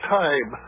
time